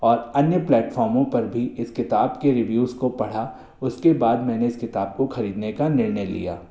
और अन्य प्लेटफामों पर भी इस किताब के रिव्यूज़ को पढ़ा उसके बाद मैंने इस किताब को ख़रीदने का निर्णय लिया